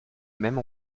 même